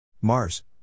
Mars